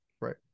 Right